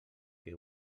que